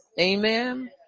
Amen